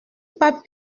pas